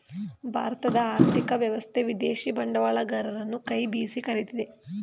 ಭಾರತದ ಆರ್ಥಿಕ ವ್ಯವಸ್ಥೆ ವಿದೇಶಿ ಬಂಡವಾಳಗರರನ್ನು ಕೈ ಬೀಸಿ ಕರಿತಿದೆ